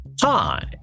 Hi